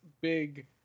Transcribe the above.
big